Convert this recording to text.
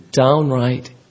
downright